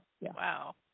Wow